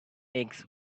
eggs